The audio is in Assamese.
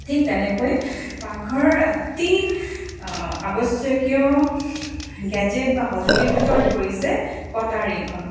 ঠিক তেনেকৈয়ে পাকঘৰৰ অতি আৱশ্যকীয় গেজেট বা সঁজুলি ভিতৰত পৰিছে কটাৰীখন